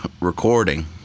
recording